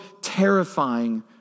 terrifying